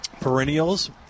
Perennials